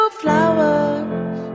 flowers